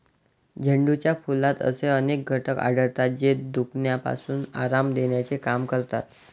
झेंडूच्या फुलात असे अनेक घटक आढळतात, जे दुखण्यापासून आराम देण्याचे काम करतात